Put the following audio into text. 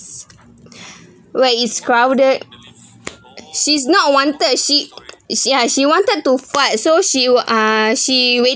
where it's crowded she's not wanted she is ya she wanted to fart so she wou~ ah she wait